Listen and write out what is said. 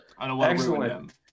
Excellent